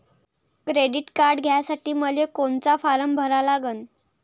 Credit card घ्यासाठी मले कोनचा फारम भरा लागन?